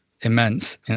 immense